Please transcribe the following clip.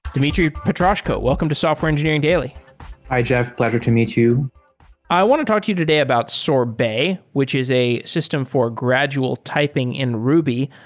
dmitry petrashko, welcome to software engineering daily hi, jeff. pleasure to meet you i want to talk to you today about sorbet, which is a system for gradual typing in ruby.